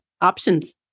options